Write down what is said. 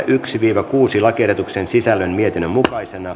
lakiehdotuksen sisällön mietinnön mukaisena